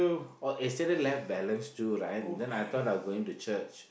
oh yesterday left balance two right then I thought I going to church